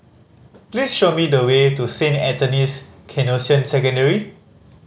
please show me the way to Saint Anthony's Canossian Secondary